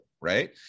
right